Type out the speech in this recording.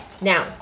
now